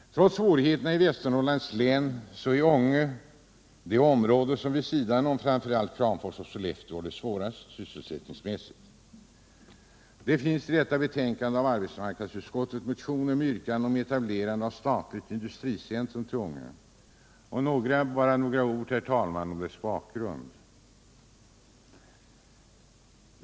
Trots svårigheterna i Västernorrlands län är Ånge det område som vid sidan om framför allt Kramfors och Sollefteå har det svårast sysselsättningsmässigt. I detta arbetsmarknadsutskottets betänkande behandlas motioner med yrkande om etablerandet av ett statligt industricentrum till Ånge. Bara några ord om bakgrunden.